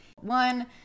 one